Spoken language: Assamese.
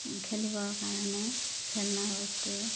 খেলিবৰ কাৰণে খেলনা বস্তু